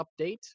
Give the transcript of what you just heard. update